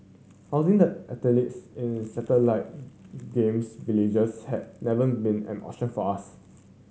housing the athletes in satellite Games Villages has never been an option for us